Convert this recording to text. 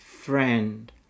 friend